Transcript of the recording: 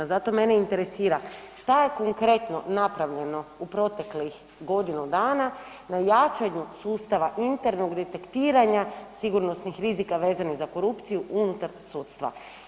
Zato mene interesira šta je konkretno napravljeno u proteklih godinu dana na jačanju sustava unutarnjeg detektiranja sigurnosnih rizika vezanih za korupciju unutar sudstva.